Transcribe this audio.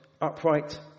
upright